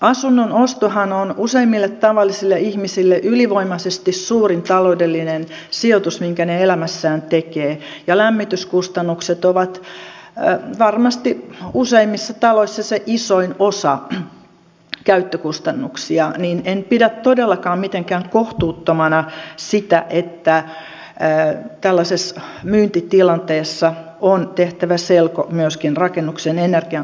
asunnon ostohan on useimmille tavallisille ihmisille ylivoimaisesti suurin taloudellinen sijoitus minkä he elämässään tekevät ja lämmityskustannukset ovat varmasti useimmissa taloissa se isoin osa käyttökustannuksia niin en pidä todellakaan mitenkään kohtuuttomana sitä että tällaisessa myyntitilanteessa on tehtävä selko myöskin rakennuksen energiankulutuksesta